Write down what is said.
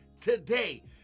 today